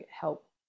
help